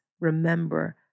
Remember